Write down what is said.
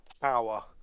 power